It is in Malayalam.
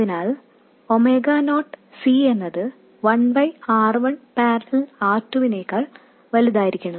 അതിനാൽ ഒമേഗ നോട്ട് C എന്നത് 1 R1 || R2 നെക്കാൾ വലുതായിരിക്കണം